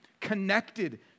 connected